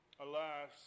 alas